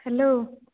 hello